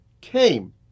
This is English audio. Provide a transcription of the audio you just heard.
came